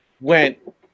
went